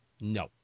No